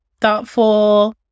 thoughtful